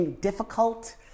difficult